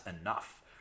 enough